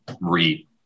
read